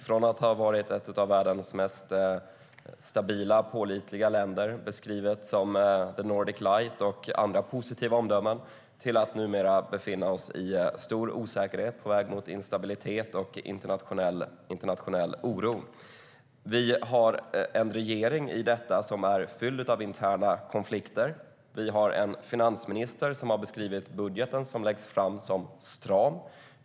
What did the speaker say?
Från att ha varit ett av världens mest stabila och pålitliga länder, beskrivet som the Nordic light och andra positiva omdömen, har vi gått till att numera befinna oss i stor osäkerhet på väg mot instabilitet och internationell oro. Vi har en regering i detta som är fylld av interna konflikter. Vi har en finansminister som har beskrivit den budget som läggs fram som stram.